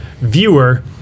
viewer